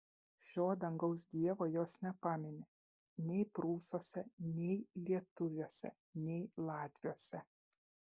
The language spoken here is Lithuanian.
šio dangaus dievo jos nepamini nei prūsuose nei lietuviuose nei latviuose